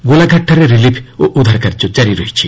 ଗୋଲାଘାଟଠାରେ relief ଓ ଉଦ୍ଧାର କାର୍ଯ୍ୟ କାରି ରହିଛି